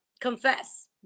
confess